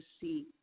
see